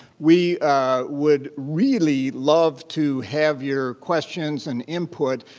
we would really love to have your questions and input.